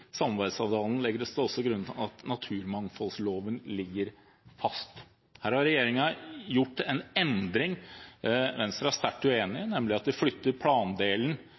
samarbeidsavtalen legges det også til grunn at naturmangfoldloven ligger fast. Her har regjeringen gjort en endring – Venstre er sterkt uenig – nemlig at de flytter plandelen